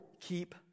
keep